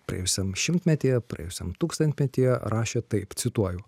praėjusiam šimtmetyje praėjusiam tūkstantmetyje rašė taip cituoju